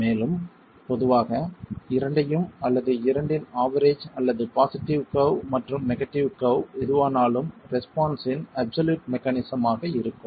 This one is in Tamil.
மேலும் பொதுவாக இரண்டையும் அல்லது இரண்டின் ஆவெரேஜ் அல்லது பாசிட்டிவ் கர்வ் மற்றும் நெகடிவ் கர்வ் எதுவானாலும் ரெஸ்பான்ஸின் அப்சலூயிட் மாக்ஸிமம் ஆக இருக்கும்